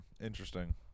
Interesting